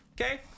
Okay